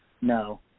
no